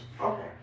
Okay